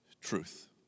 truth